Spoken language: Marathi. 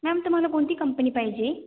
मॅम तुम्हाला कोणती कंपनी पाहिजे